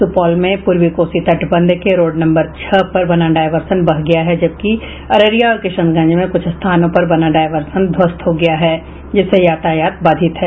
सुपौल में पूर्वी कोसी तटबंध के रोड नम्बर छह पर बना डायवर्सन बह गया है जबकि अररिया और किशनगंज में कुछ स्थानों पर बना डायवर्सन ध्वस्त हो गया है जिससे यातायात बाधित है